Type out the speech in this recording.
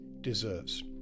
deserves